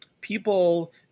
people